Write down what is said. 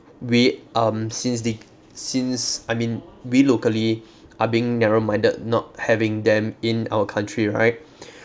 we um since the since I mean we locally are being narrow minded not having them in our country right